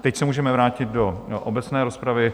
Teď se můžeme vrátit do obecné rozpravy.